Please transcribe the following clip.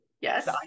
Yes